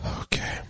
Okay